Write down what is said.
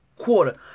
quarter